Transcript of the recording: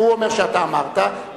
והוא אומר שאתה אמרת,